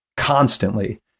Constantly